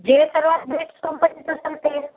जे सर्वात best companies असल ते